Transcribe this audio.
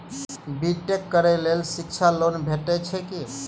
B tech करै लेल शिक्षा लोन भेटय छै की?